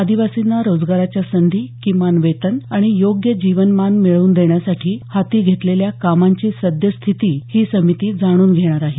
आदिवासींना रोजगाराच्या संधी किमान वेतन आणि योग्य जीवनमान मिळवून देण्यासाठी हाती घेतलेल्या कामांची सद्यस्थिती ही समिती जाणून घेणार आहे